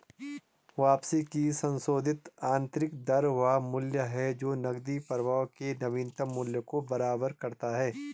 वापसी की संशोधित आंतरिक दर वह मूल्य है जो नकदी प्रवाह के नवीनतम मूल्य को बराबर करता है